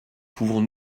pouvons